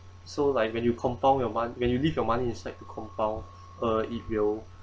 so like when you compound your mon~ when you leave your money inside to compound it will